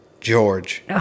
George